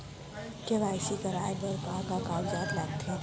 KYC कराये बर का का कागज लागथे?